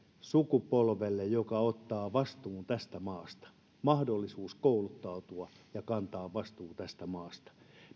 sukupolvelle joka ottaa vastuun tästä maasta mahdollisuus kouluttautua ja kantaa vastuu tästä maasta